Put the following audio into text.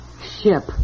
Ship